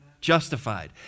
justified